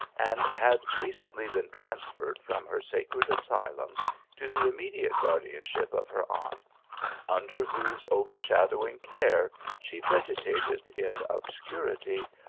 and had recently been transferred from her sacred asylum to the immediate guardianship of her aunt under whose overshadowing care she vegetated in obscurity,